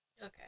Okay